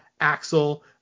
axel